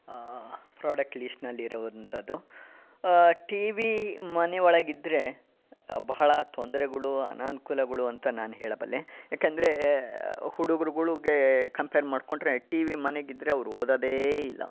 product ಲಿಸ್ಟ್ನಲ್ಲಿರೋವಂಥದ್ದು TV ಮನೆಯೊಳಗಿದ್ದರೆ ಬಹಳ ತೊಂದರೆಗಳು ಅನಾನುಕೂಲಗಳು ಅಂತ ನಾನು ಹೇಳಬಲ್ಲೆ ಯಾಕೆಂದರೆ ಹುಡುಗರುಗಳಿಗೆ ಕಂಪೇರ್ ಮಾಡಿಕೊಂಡ್ರೆ ಟಿ ವಿ ಮನೇಗಿದ್ರೆ ಅವ್ರು ಓದೋದೇ ಇಲ್ಲ